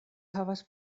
havas